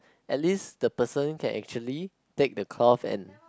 at least the person can actually take the cloth and